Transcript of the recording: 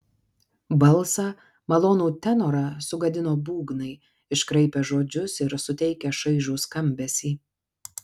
balsą malonų tenorą sugadino būgnai iškraipę žodžius ir suteikę šaižų skambesį